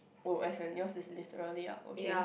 oh as in yours is literally ah okay